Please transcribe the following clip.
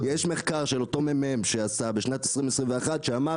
יש מחקר של אותו ממ"מ שעשה בשנת 2021 שאמר